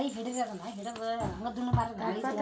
Offline ದಾಗ ರೊಕ್ಕ ಕಳಸಬಹುದೇನ್ರಿ?